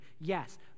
yes